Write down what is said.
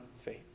faith